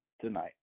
tonight